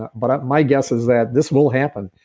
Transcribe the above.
but my guess is that this will happen.